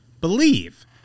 believe